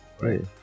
right